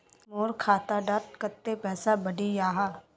मोर खाता डात कत्ते पैसा बढ़ियाहा?